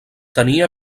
tenia